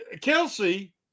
Kelsey